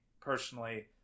personally